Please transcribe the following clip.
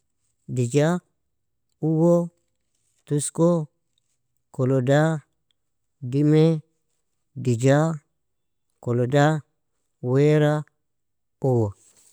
Dija, uwo, tusko, koloda, dime, dija, koloda, wera, uwo.